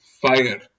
fire